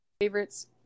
favorites